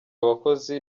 abakozi